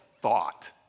thought